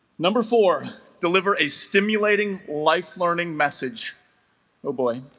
number four deliver a stimulating life learning message oh boy